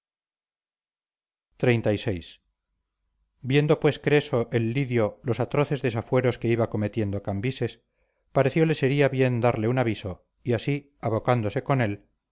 de importancia xxxvi viendo pues creso el lidio los atroces desafueros que iba cometiendo cambises parecióle sería bien darle un aviso y así abocándose con él